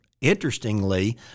Interestingly